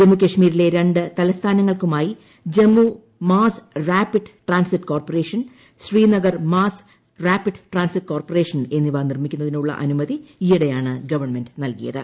ജമ്മുകശ്മീരിലെ ര തലസ്ഥാനങ്ങൾക്കുമായി Jammu mass rapid transit corporation Srinagar mass rapid transit corporation എന്നിവ നിർമ്മിക്കാനുള്ള അനുമതി ഈയിടെയാണ് ഗവൺമെന്റ് നൽകിയത്